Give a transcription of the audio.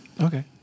Okay